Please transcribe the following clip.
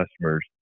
customers